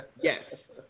yes